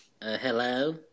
hello